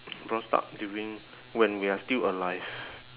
brought up during when we are still alive